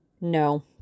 No